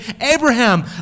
Abraham